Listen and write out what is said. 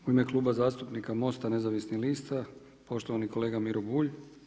U ime Kluba zastupnika MOST-a nezavisnih lista, poštovani kolega Miro Bulj.